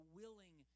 willing